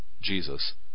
Jesus